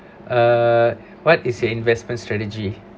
uh what is your investment strategy